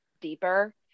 deeper